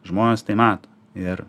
žmonės tai mato ir